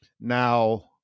Now